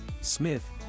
Smith